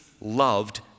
loved